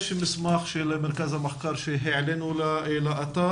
יש מסמך של מרכז המחקר שהעלינו לאתר,